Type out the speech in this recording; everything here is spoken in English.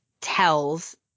tells